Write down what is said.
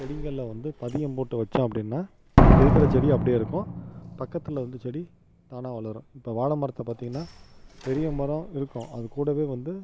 செடிகளில் வந்து பதியம் போட்டு வெச்சோம் அப்படின்னா இருக்கிற செடி அப்படியே இருக்கும் பக்கத்தில் வந்த செடி தானாக வளரும் வாழை மரத்தை பார்த்திங்கனா பெரிய மரம் இருக்கும் அது கூடவே வந்து